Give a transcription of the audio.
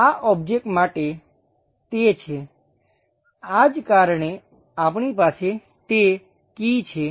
આ ઓબ્જેક્ટ માટે તે છે આ જ કારણે આપણી પાસે તે કી છે